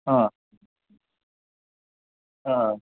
हा हा